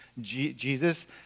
Jesus